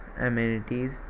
amenities